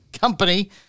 Company